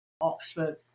Oxford